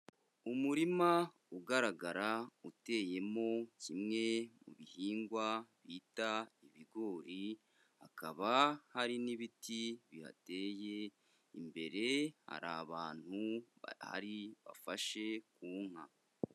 Umurima ugaragara uteyemo kimwe mu bihingwa bita ibigori, hakaba hari n'ibiti bihateye, imbere hari abantu bahari bafashe ku nka.